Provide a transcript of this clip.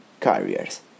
carriers